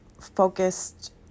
focused